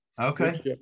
Okay